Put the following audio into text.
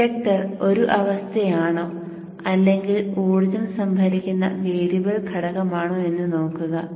inductor ഒരു അവസ്ഥയാണോ അല്ലെങ്കിൽ ഊർജ്ജം സംഭരിക്കുന്ന വേരിയബിൾ ഘടകമാണോ എന്ന് നോക്കുക